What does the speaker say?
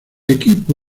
equipo